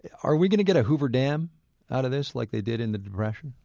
are we going to get a hoover dam out of this, like they did in the depression?